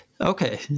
Okay